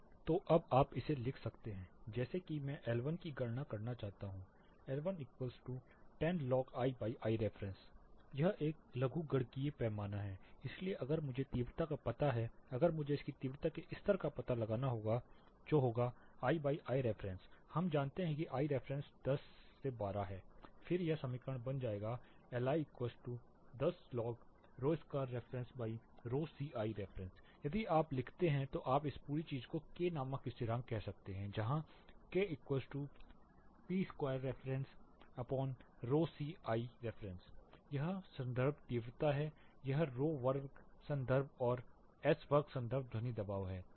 तो अब आप इसे लिख सकते हैं जैसे कि मैं LI की गणना करना चाहता हूं LI10 log ITref LI10 log p2refCIref यह एक लघुगणकीय पैमाना है इसलिए अगर मुझे तीव्रता का पता है अगर मुझे इसकी तीव्रता के स्तर का पता लगाना होगा जो होगा IIref हम जानते हैं कि Iref 10 12 है फिर यह समीकरण बन जाएगा LI10 log p2refCIref यदि आप इसे लिखते हैं तो आप इस पूरी चीज़ को K नामक स्थिरांक कह सकते हैं Kp2refCIref यह संदर्भ तीव्रता है यह p वर्ग संदर्भ और यह s वर्ग संदर्भ ध्वनि दबाव है